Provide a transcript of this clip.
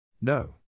No